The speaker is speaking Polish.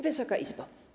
Wysoka Izbo!